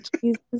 Jesus